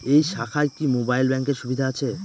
এই শাখায় কি মোবাইল ব্যাঙ্কের সুবিধা আছে?